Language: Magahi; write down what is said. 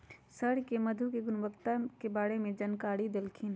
सर ने मधु के गुणवत्ता के बारे में जानकारी देल खिन